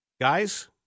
guys